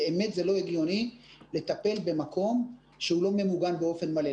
זה באמת לא הגיוני לטפל במקום שאינו ממוגן באופן מלא.